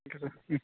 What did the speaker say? okay sir ம்